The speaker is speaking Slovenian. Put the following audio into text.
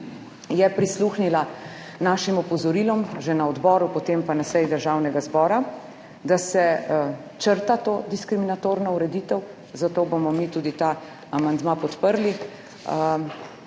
prisluhnila našim opozorilom, že na odboru, potem pa na seji Državnega zbora, da se črta to diskriminatorno ureditev, zato bomo mi ta amandma tudi